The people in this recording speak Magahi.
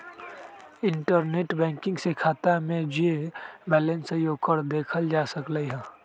इंटरनेट बैंकिंग से खाता में जे बैलेंस हई ओकरा देखल जा सकलई ह